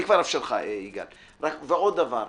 ועוד דבר,